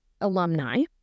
alumni